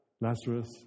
Lazarus